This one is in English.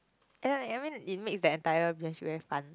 and I I mean it makes the entire relationship very fun